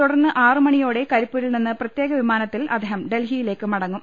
തുടർന്ന് ആറു മണിയോടെ കരിപ്പൂരിൽനിന്ന് പ്രത്യേക വിമാനത്തിൽ അദ്ദേഹം ഡൽഹിയി ലേക്ക് മടങ്ങും